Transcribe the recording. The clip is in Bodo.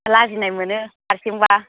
लाजिनाय मोनो हारसिंबा